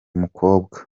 umukobwa